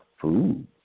food